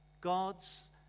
God's